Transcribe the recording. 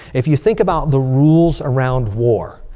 if you think about the rules around war.